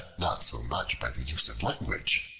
not so much by the use of language,